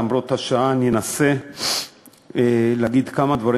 למרות השעה אני אנסה להגיד כמה דברים